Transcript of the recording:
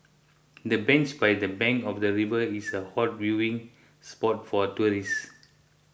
the bench by the bank of the river is a hot viewing spot for tourists